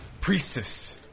Priestess